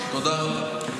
תודה רבה.